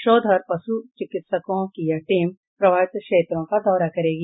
शोध और पशु चिकित्सकों की यह टीम प्रभावित क्षेत्रों का दौरा करेगी